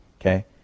okay